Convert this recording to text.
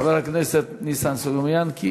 חבר הכנסת ניסן סלומינסקי,